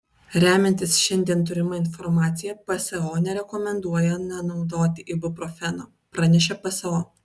remiantis šiandien turima informacija pso nerekomenduoja nenaudoti ibuprofeno pranešė pso